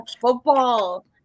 football